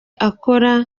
akora